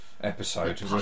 episode